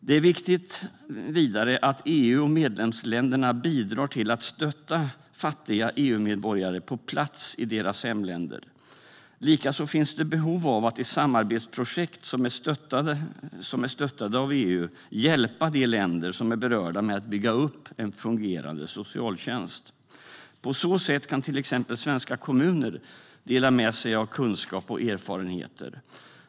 Det är viktigt att EU och medlemsländerna bidrar till att stötta fattiga EU-medborgare på plats i deras hemländer. Likaså finns det behov av att i samarbetsprojekt som är stöttade av EU hjälpa de länder som är berörda med att bygga upp en fungerande socialtjänst. På så sätt kan till exempel svenska kommuner dela med sig av kunskap och erfarenheter.